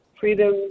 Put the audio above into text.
Freedom